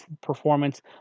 performance